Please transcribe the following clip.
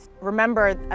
remember